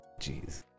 Jeez